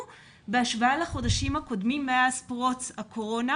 בהשוואה לחודשים הקודמים מאז פרוץ הקורונה.